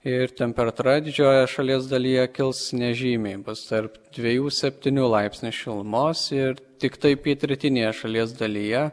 ir temperatūra didžiojoje šalies dalyje kils nežymiai bus tarp dviejų septynių laipsnių šilumos ir tiktai pietrytinėje šalies dalyje